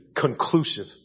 conclusive